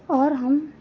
और हम